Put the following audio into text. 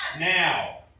Now